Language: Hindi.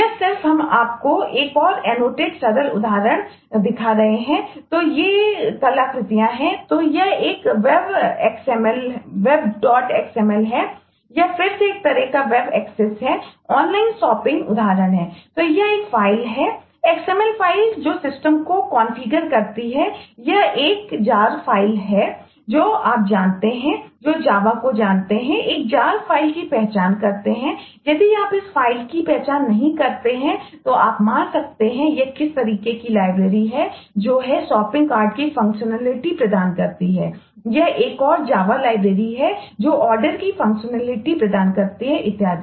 यह सिर्फ हम आपको एक और एनोटेट प्रदान करता है इत्यादि